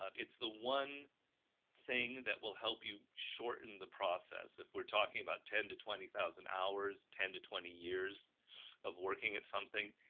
ah it's the one thing that will help you shorten the process if we are talking about ten to twenty thousand hours, ten to twenty years of working at something,